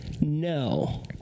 no